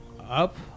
up